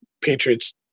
Patriots